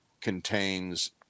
contains